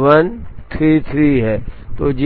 1 33 है